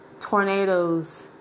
tornadoes